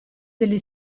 degli